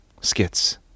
skits